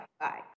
Bye